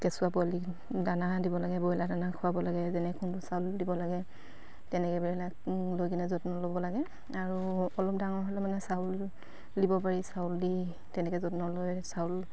কেঁচুৱা পোৱালিক দানা দিব লাগে ব্ৰইলাৰ দানা খুৱাব লাগে যেনে খুন্দো চাউল দিব লাগে তেনেকেবিলাক লৈ কিনে যত্ন ল'ব লাগে আৰু অলপ ডাঙৰ হ'লে মানে চাউল দিব পাৰি চাউল দি তেনেকে যত্ন লয় চাউল